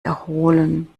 erholen